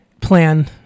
plan